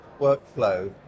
workflow